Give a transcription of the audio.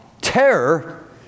terror